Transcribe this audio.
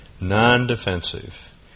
non-defensive